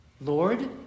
Lord